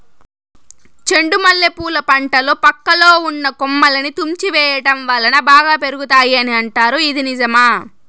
చెండు మల్లె పూల పంటలో పక్కలో ఉన్న కొమ్మలని తుంచి వేయటం వలన బాగా పెరుగుతాయి అని అంటారు ఇది నిజమా?